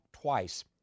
twice